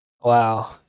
wow